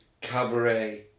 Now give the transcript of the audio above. cabaret